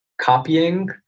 copying